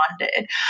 funded